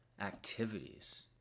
activities